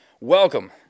Welcome